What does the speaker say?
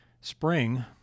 Spring